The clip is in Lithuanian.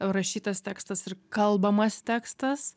rašytas tekstas ir kalbamas tekstas